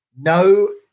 No